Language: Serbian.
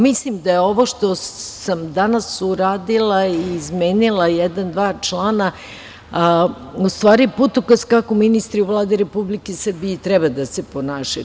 Mislim da je ovo što sam danas uradila, izmenila jedan-dva člana, u stvari putokaz kako ministri u Vladi Republike Srbije treba da se ponašaju.